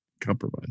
compromise